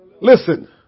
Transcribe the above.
Listen